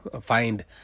find